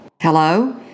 Hello